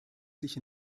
sich